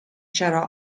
چرا